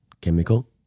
chemical